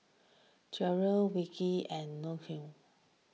Jerrad Wilkie and Junious